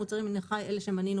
המוצרים מן החי בחוץ.